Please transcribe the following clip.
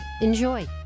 Enjoy